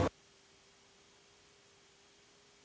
Hvala